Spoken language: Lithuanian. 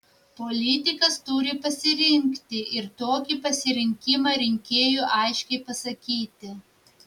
politikas turi pasirinkti ir tokį pasirinkimą rinkėjui aiškiai pasakyti